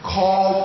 call